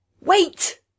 Wait